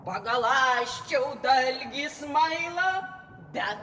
pagaląsčiau dalgį smailą bet